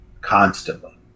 constantly